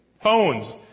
phones